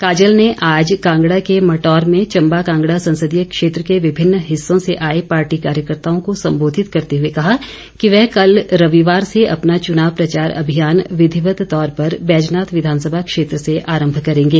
काजल ने आज कांगड़ा के मटौर में चंबा कांगड़ा संसदीय क्षेत्र के विभिन्न हिस्सों से आए पार्टी कार्यकर्ताओं को संबोधित करते हुए कहा कि वह कल रविवार से अपना चुनाव प्रचार अभियान विधिवत तौर पर बैजनाथ विधानसभा क्षेत्र से आरंभ करेंगे